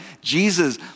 Jesus